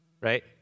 right